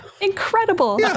Incredible